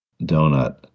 donut